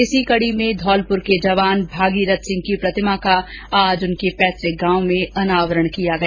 इसी कर्डो में धौलप्र के जवान भागीरथ सिंह की प्रतिमा का आज उनके पैतुक गांव में अनावरण किया गया